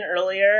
earlier